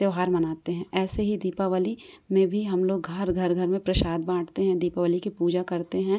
त्योहार मनाते हैं ऐसे ही दीपावली में भी हम लोग हर घर घर में प्रसाद बाँटते हैं दीपावली की पूजा करते हैं